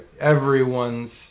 everyone's